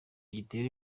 gitera